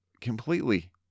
completely